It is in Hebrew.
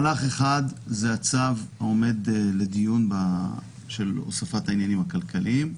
מהלך אחד זה הצו העומד לדיון של הוספת העניינים הכלכליים.